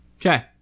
Okay